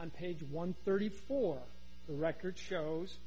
on page one thirty four of the record shows